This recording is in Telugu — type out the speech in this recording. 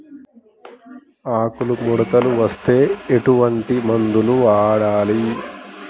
ఆకులు ముడతలు వస్తే ఎటువంటి మందులు వాడాలి?